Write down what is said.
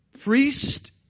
Priest